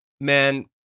man